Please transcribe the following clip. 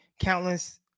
countless